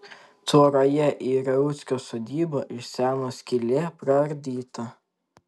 tvoroje į rauckio sodybą iš seno skylė praardyta